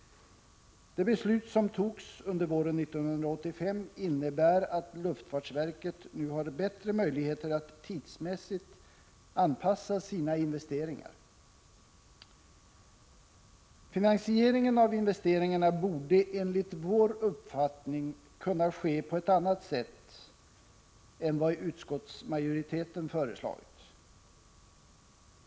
Det beslut som togs under våren 1985 innebär att luftfartsverket nu har bättre möjligheter att tidsmässigt anpassa sina investeringar. Finansieringen av investeringarna borde enligt vår uppfattning kunna ske på ett annat sätt än vad utskottsmajoriteten har föreslagit.